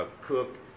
cook